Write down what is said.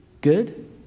good